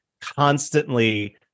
constantly